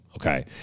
okay